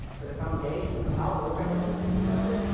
but the foundation of how we're governing and thinking about this,